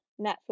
Netflix